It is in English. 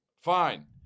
Fine